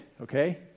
okay